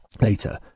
later